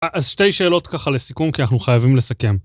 אז שתי שאלות ככה לסיכום, כי אנחנו חייבים לסכם.